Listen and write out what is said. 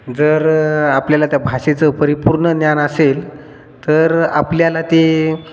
जर आपल्याला त्या भाषेचं परिपूर्ण ज्ञान असेल तर आपल्याला ते